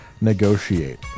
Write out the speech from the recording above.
negotiate